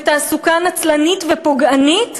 ותעסוקה נצלנית ופוגענית.